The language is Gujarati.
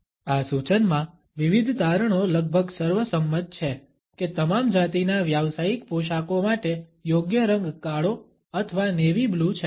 આ સૂચનમાં વિવિધ તારણો લગભગ સર્વસંમત છે કે તમામ જાતિના વ્યાવસાયિક પોશાકો માટે યોગ્ય રંગ કાળો અથવા નેવી બ્લુ છે